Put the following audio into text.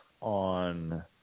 on